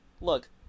Look